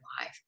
life